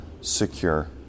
secure